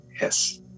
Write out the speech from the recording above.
Yes